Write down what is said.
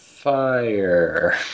Fire